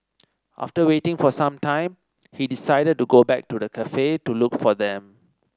after waiting for some time he decided to go back to the cafe to look for them